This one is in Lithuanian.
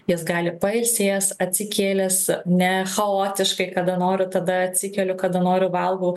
jis gali pailsėjęs atsikėlęs ne chaotiškai kada nori tada atsikeliu kada noriu valgau